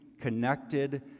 connected